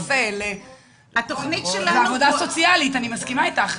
אני מסכימה אתך.